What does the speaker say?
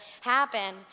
happen